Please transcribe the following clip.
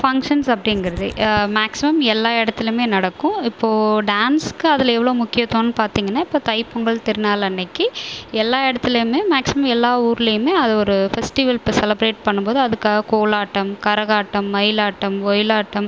functions அப்படிங்கறது maximum எல்லா இடத்துலிமே நடக்கும் இப்போ டான்ஸ்க்கு அதில் எவ்வளோ முக்கியத்துவோனு பார்த்திங்கனா இப்போ தைப்பொங்கல் திருநாள் அன்னக்கு எல்லா இடத்துலையுமே மேக்சிமம் எல்லா ஊர்லையுமே அதை ஒரு ஃபெஸ்ட்டிவல் இப்போ செலப்ரேட் பண்ணும்போது அதற்காக கோலாட்டம் கரகாட்டம் மயிலாட்டம் ஒயிலாட்டம்